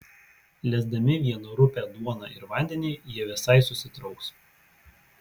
lesdami vien rupią duoną ir vandenį jie visai susitrauks